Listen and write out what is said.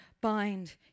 bind